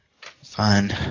Fine